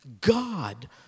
God